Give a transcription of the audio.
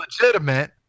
legitimate